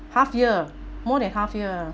half year more than half year